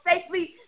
safely